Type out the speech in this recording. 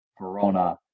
verona